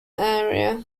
area